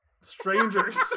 strangers